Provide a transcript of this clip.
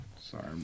Sorry